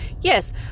yes